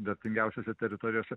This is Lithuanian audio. vertingiausiose teritorijose